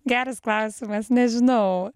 geras klausimas nežinau